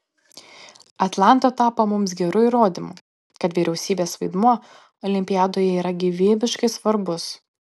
atlanta tapo mums geru įrodymu kad vyriausybės vaidmuo olimpiadoje yra gyvybiškai svarbus